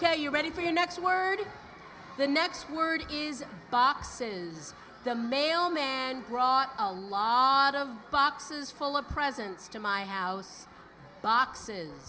ok you ready for your next word the next word is boxes the mailman brought a log of boxes full of presents to my house boxes